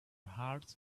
hearts